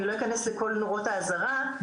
אני לא אכנס לכל נורות האזהרה,